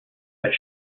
but